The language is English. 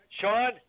Sean